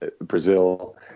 brazil